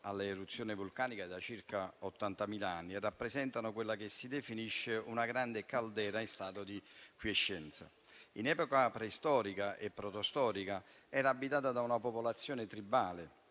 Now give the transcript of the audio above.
alle eruzioni vulcaniche da circa 80.000 anni e rappresentano quella che si definisce una grande caldera in stato di quiescenza. In epoca preistorica e protostorica era abitata da una popolazione tribale,